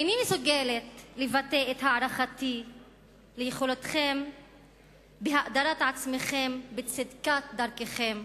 איני מסוגלת לבטא את הערכתי ליכולת האדרת עצמכם בצדקת דרככם,